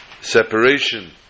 separation